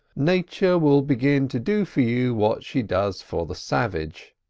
nature will begin to do for you what she does for the savage.